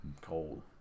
cold